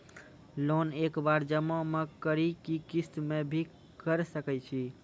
Loan एक बार जमा म करि कि किस्त मे भी करऽ सके छि?